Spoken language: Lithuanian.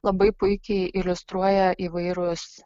labai puikiai iliustruoja įvairūs